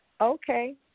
okay